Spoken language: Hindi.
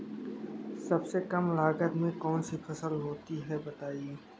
सबसे कम लागत में कौन सी फसल होती है बताएँ?